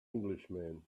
englishman